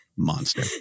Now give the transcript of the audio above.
monster